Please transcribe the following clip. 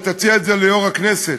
שתציע את זה ליושב-ראש הכנסת